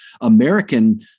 American